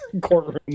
courtroom